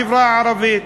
בחברה הערבית.